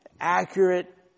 accurate